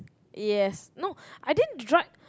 yes no I didn't drug